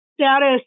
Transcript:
status